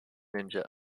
ninja